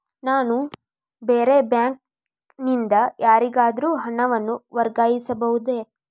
ನಾನು ಬೇರೆ ಬ್ಯಾಂಕ್ ನಿಂದ ಯಾರಿಗಾದರೂ ಹಣವನ್ನು ವರ್ಗಾಯಿಸಬಹುದೇ?